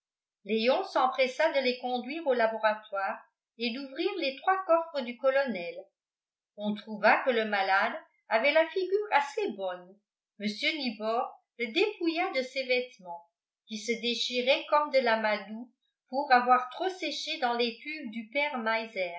léon s'empressa de les conduire au laboratoire et d'ouvrir les trois coffres du colonel on trouva que le malade avait la figure assez bonne mr nibor le dépouilla de ses vêtements qui se déchiraient comme de l'amadou pour avoir trop séché dans l'étuve du père